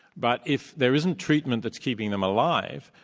but if there isn't treatment that's keeping them alive,